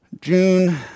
June